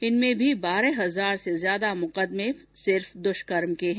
इनमें भी बारह हजार से ज्यादा मुकदमे सिर्फ द्वष्कर्म के है